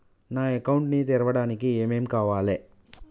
నా అకౌంట్ ని తెరవడానికి ఏం ఏం కావాలే?